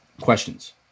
questions